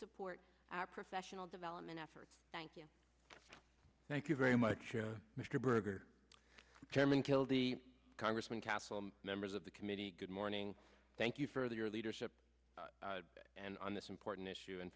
support our professional development efforts thank you thank you very much mr berger chairman kill the congressman castle members of the committee good morning thank you for your leadership and on this important issue and